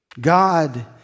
God